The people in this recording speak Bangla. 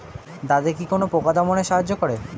দাদেকি কোন পোকা দমনে সাহায্য করে?